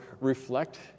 reflect